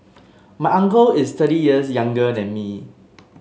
my uncle is thirty years younger than me